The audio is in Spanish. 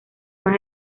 más